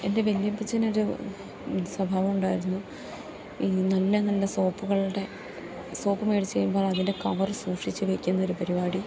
എൻ്റെ വല്യപ്പച്ഛനൊരു സ്വഭാവം ഉണ്ടായിരുന്നു ഈ നല്ല നല്ല സോപ്പുകളുടെ സോപ്പ് മേടിച്ച് കഴിയുമ്പോൾ അതിൻ്റെ കവർ സൂക്ഷിച്ച് വെക്കുന്നൊരു പരിപാടി